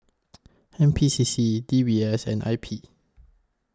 N P C C D B S and I P